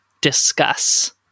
discuss